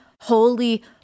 holy